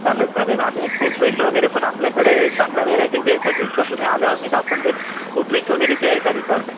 चालेल चालेल आणि फुटरेशो वगैरे पण आपल्याकडे चांगल्या वेरायटीचे येतात एकदा तुम्ही आल्यावर मी दाखवून देईन फुटरेट वगैरेची आहे का रिक्वायरमेंट